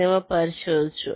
എന്നിവ പരിശോധിച്ചു